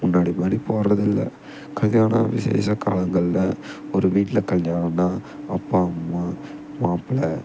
முன்னாடி மாதிரி போடுறது இல்லை கல்யாணம் விஷேசகாலங்களில் ஒரு வீட்டில் கல்யாணன்னா அப்பா அம்மா மாப்பிள